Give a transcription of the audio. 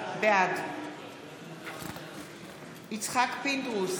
בעד יצחק פינדרוס,